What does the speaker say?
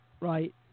right